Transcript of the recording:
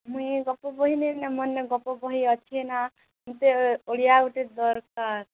ମୁଇଁ ଗପ ବହି ନେବି ନା ମୋର ନେ ଗପ ବହି ଅଛି ନା ଯେ ଓଡ଼ିଆ ଗୋଟେ ଦରକାର